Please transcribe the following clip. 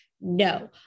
no